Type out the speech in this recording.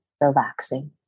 relaxing